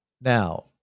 now